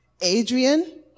Adrian